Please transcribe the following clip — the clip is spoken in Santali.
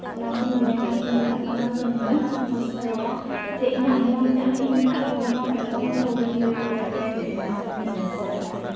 ᱚᱱᱟᱛᱤᱧ ᱢᱮᱱᱟ ᱛᱩᱢᱫᱟᱜ ᱴᱟᱢᱟᱠ ᱫᱚ ᱱᱩᱱᱟᱹᱜ ᱜᱟᱱ ᱨᱟᱹᱥᱠᱟᱹᱣᱟ ᱡᱮ ᱤᱧᱟᱹᱜ ᱢᱚᱱᱛᱮ ᱛᱮᱦᱚᱸ ᱤᱧᱟᱹᱜ ᱦᱚᱲᱢᱚ ᱠᱷᱚᱡ ᱢᱚᱱ ᱛᱮᱦᱚᱸ ᱵᱟᱹᱧ ᱞᱟᱹᱭ ᱫᱟᱲᱮᱭᱟᱜ ᱠᱟᱱᱟ ᱡᱮ ᱤᱧ ᱱᱩᱱᱟᱹᱜ ᱜᱟᱱᱤᱧ ᱨᱟᱹᱥᱠᱟᱹᱜᱼᱟ